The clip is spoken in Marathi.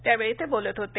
त्यावेळी ते बोलत होते